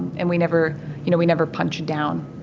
and we never you know, we never punch down.